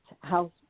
House